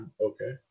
Okay